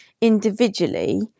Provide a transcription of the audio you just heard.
individually